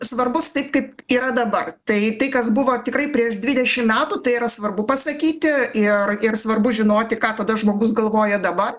svarbus taip kaip yra dabar tai tai kas buvo tikrai prieš dvidešim metų tai yra svarbu pasakyti ir ir svarbu žinoti ką tada žmogus galvoja dabar